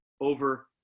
over